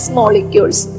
molecules